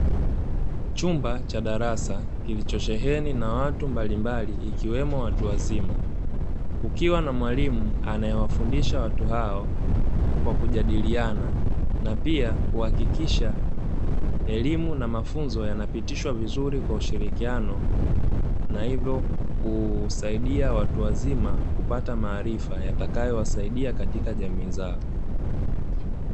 Chumba cha darasa kilichosheheni na watu mbalimbali, ikiwemo watu wazima, kukiwa na mwalimu anayewafundisha watu hao kwa kujadiliana na pia kuhakikisha elimu na mafunzo yanapitishwa vizuri kwa ushirikiano na hivyo kusaidia watu wazima kupata maarifa yatakayowasaidia katika jamii zao.